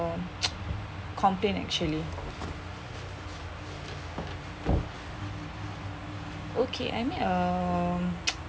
um complaint actually okay I made err